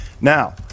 Now